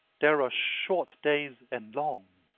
there are short days and long